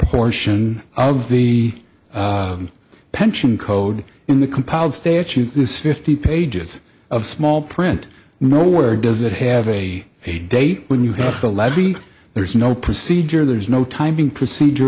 portion of the pension code in the compiled statute is fifty pages of small print nowhere does it have a a date when you have to levy there's no procedure there's no timing procedure